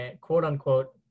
quote-unquote